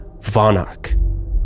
Vonarch